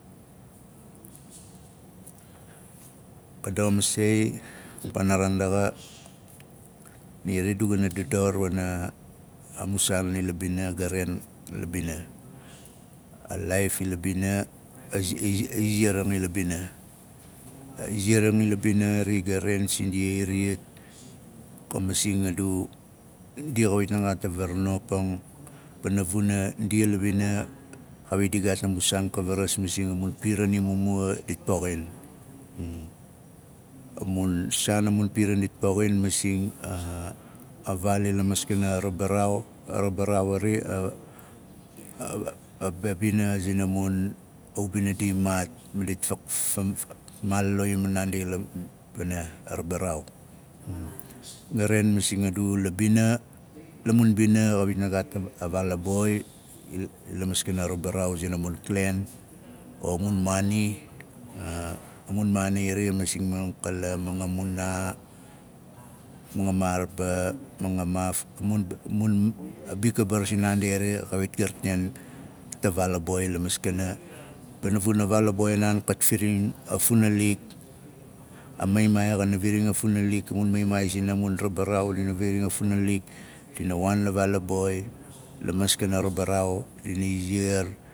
ka daxa masei paanaraan daxa ni ari a du gana dafor wana a mun saar ila bina ga ren la bina a iziaring la bina xari ga ren sindia iriyat ka masing a dia xawit di gaat a varanopang pana vuna ndia la bina kawit di gaat a mun saan ka varas masing a mun piran i mumuwa dit poxin ndia la bina kawit di gaat a mun saan ka varas masing a mun piran i mumuwa dit poxin a mun saan a mun piran dit poxin masing a vaal ila maskana rabaraau. A rabaraau ari bina zina mun ubina di maat ma dit fam- maalalo iyam naandi la- pana rabaraau ga ren masing la bina la mun mbina xawit na gaat a va a vaal boi il- la maskana a rabaraau zina mun klen o mun maani a mun maani ari masing mangakala mangamunaa mangamaaraba managamaaf a mun- a mun a bikabar are kawit ga raken ta vaal a boi la maskana pana vuna vaal a boi a naan kaf firing a funalik a maimaai xanaviring a funalik a mun zina mun rabaraau dina viring a funalik dina waan la vaal a boi la maskana rabaraau dina iziar